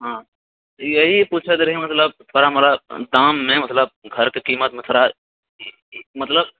हँ यही पुछैत रही मतलब थोड़ा मोरा दाममे मतलब घरके कीमतमे थोड़ा मतलब